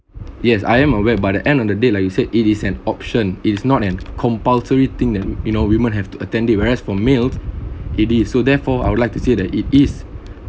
yes I am aware but at the end of the day like you said it is an option is not an compulsory thing that you know women have to attend it whereas for male it is so therefore I would like to say that it is